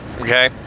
okay